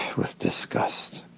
with discussed.